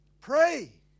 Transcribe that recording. Pray